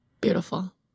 beautiful